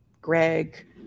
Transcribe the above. Greg